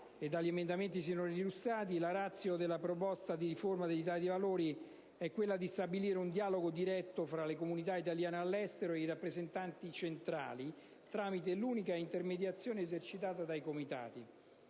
e dagli emendamenti sinora illustrati, la *ratio* della proposta di riforma dell'Italia dei Valori è quella di stabilire un dialogo diretto tra le comunità italiane all'estero e i rappresentanti centrali, tramite l'unica intermediazione esercitata dai Comitati.